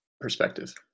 perspective